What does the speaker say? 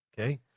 Okay